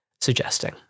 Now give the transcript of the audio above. suggesting